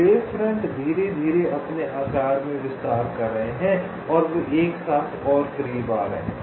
तो wave front धीरे धीरे अपने आकार में विस्तार कर रहे हैं और वे एक साथ और करीब आ रहे हैं